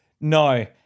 No